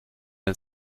den